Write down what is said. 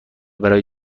برای